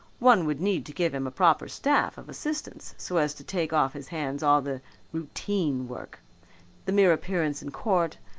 one would need to give him a proper staff of assistants so as to take off his hands all the routine work the mere appearance in court,